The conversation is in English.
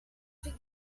fig